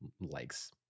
likes